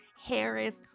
Harris